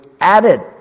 added